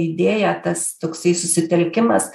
idėją tas toksai susitelkimas